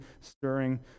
stirring